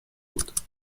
بود